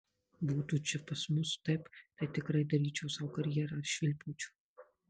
būtų čia pas mus taip tai tikrai daryčiau sau karjerą ir švilpaučiau